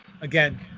Again